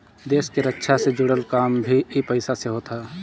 देस के रक्षा से जुड़ल काम भी इ पईसा से होत हअ